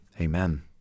Amen